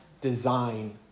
design